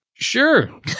sure